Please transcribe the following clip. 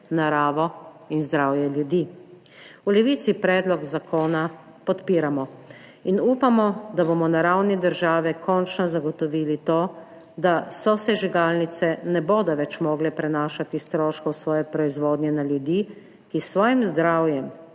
in zdravje ljudi. V Levici predlog zakona podpiramo in upamo, da bomo na ravni države končno zagotovili to, da sosežigalnice ne bodo več mogle prenašati stroškov svoje proizvodnje na ljudi, ki s svojim zdravjem